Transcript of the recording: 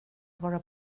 vara